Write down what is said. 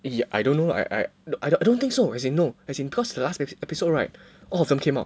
ya I don't know I I I I don't think so as in no as in cause the last episode right all of them came out